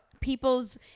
people's